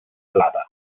plata